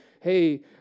hey